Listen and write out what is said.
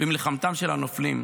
ומלחמתם של הנופלים.